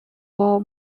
for